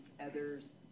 others